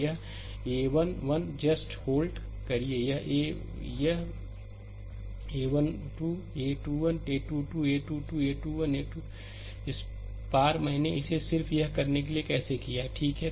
यह a 1 1 just hold करिए यह 1 1 a 1 2 a 1 2 a 21 a 2 2 a 2 2 a 2 1 a 2 2 a 2 2 इस पार मैंने इसे सिर्फ यह करने के लिए कैसे किया है ठीक है